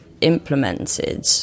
implemented